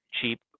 cheap